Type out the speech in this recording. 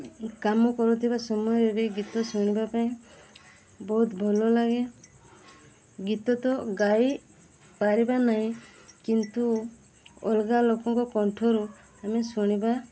କାମ କରୁଥିବା ସମୟରେ ବି ଗୀତ ଶୁଣିବା ପାଇଁ ବହୁତ ଭଲ ଲାଗେ ଗୀତ ତ ଗାଇ ପାରିବା ନାହିଁ କିନ୍ତୁ ଅଲଗା ଲୋକଙ୍କ କଣ୍ଠରୁ ଆମେ ଶୁଣିବା